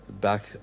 Back